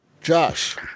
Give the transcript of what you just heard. Josh